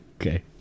Okay